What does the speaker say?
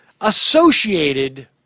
associated